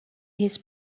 his